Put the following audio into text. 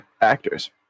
actors